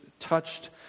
...touched